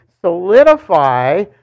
solidify